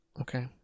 Okay